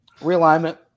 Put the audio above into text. realignment